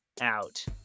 out